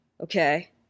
okay